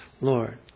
Lord